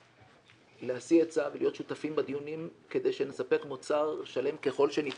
להשיא הצעה ולהיות שותפים בדיונים כדי שנספק מוצר שלם ככל שניתן.